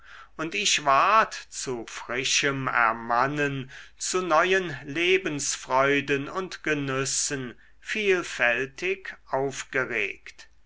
und ich ward zu frischem ermannen zu neuen lebensfreuden und genüssen vielfältig aufgeregt